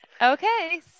Okay